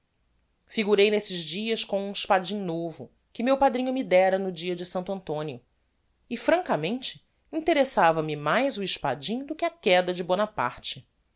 figurei nesses dias com um espadim novo que meu padrinho me dera no dia de santo antonio e francamente interessava me mais o espadim do que a quéda de bonaparte